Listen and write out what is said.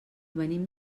venim